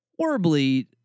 horribly